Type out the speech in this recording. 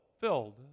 filled